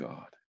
God